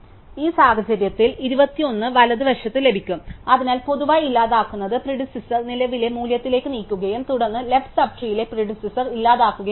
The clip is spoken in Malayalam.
ഈ സാഹചര്യത്തിൽ 21 വലതുവശത്ത് ലഭിക്കും അതിനാൽ പൊതുവായി ഇല്ലാതാക്കുന്നത് പ്രിഡിസെസാർ നിലവിലെ മൂല്യത്തിലേക്ക് നീക്കുകയും തുടർന്ന് ലെഫ്റ് സബ് ട്രീലെ പ്രിഡിസെസാർ ഇല്ലാതാക്കുകയും ചെയ്യുന്നു